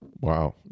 Wow